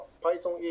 Python